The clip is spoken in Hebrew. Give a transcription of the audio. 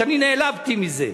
שאני נעלבתי מזה.